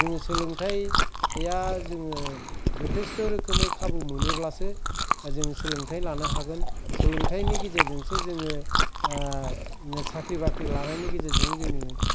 जों सोलोंथायआ जोङो जथेस्थ रोखोमै खाबु मोनोब्लासो जों सोलोंथाय लानो हागोन सोलोंथायनि गेजेरजोंसो जोङो साख्रि बाख्रि लानायनि गेजेरजों जों